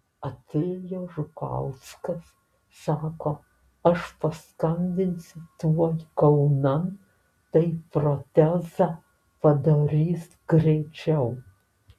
atėjo žukauskas sako aš paskambinsiu tuoj kaunan tai protezą padarys greičiau